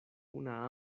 una